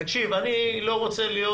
תקשיב, אני לא רוצה להיות